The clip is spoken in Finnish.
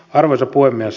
arvoisa puhemies